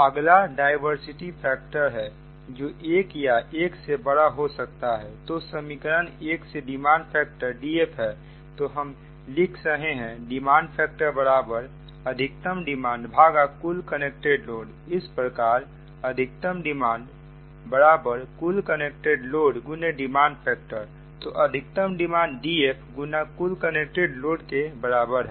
अगला diversity factor है जो एक या एक से बड़ा हो सकता है तो समीकरण एक से डिमांड फैक्टर DF है तो हम लिख रहे हैं डिमांड फैक्टरअधिकतम डिमांड कुल कनेक्टेड लोड इस प्रकार अधिकतम डिमांड कुल connected load X demand factor तो अधिकतम डिमांड DF गुना कुल कनेक्टेड लोड के बराबर है